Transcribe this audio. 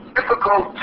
difficult